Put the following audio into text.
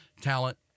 Talent